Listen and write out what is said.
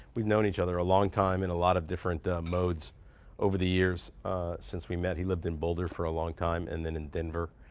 we've known each other a long time in a lot of different modes over the years since we met. he lived in boulder for a long time and then in denver,